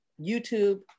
YouTube